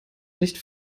nicht